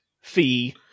fee